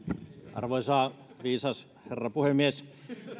arvoisa viisas herra puhemies